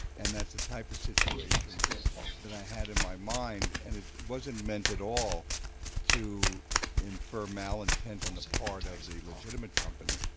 and that's the type of situation i had in my mind. and it wasn't meant at all to infer malintent on the part of the legitimate company,